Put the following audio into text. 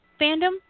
fandom